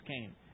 came